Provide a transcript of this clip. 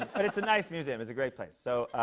and it's a nice museum. it's a great place. so